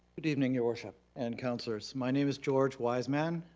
good evening your worship and councilors. my name is george wiseman,